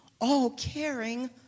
all-caring